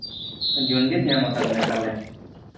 jaundice ᱧᱟᱢ ᱟᱠᱟᱫ ᱵᱤᱱᱟᱹ ᱛᱟᱦᱚᱞᱮ